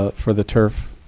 ah for the turf,